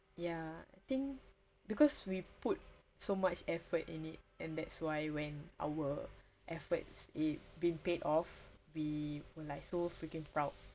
ya I think because we put so much effort in it and that's why when our efforts it been paid off we were like so freaking proud